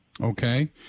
Okay